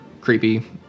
creepy